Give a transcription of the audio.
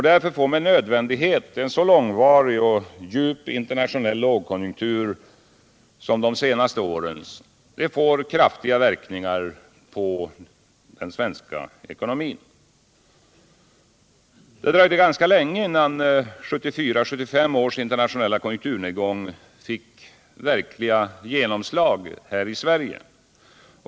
Därför får med nödvändighet en så långvarig och djup internationell lågkonjunktur som den under de senaste åren kraftiga verkningar på den svenska ekonomin. Det dröjde dock ganska länge innan 1974-1975 års internationella konjunkturnedgång fick verkligt genomslag i Sverige.